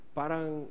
parang